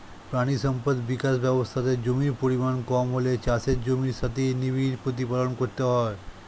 প্রাণী সম্পদ বিকাশ ব্যবস্থাতে জমির পরিমাণ কম হলে চাষের জমির সাথেই নিবিড় প্রতিপালন করতে হয়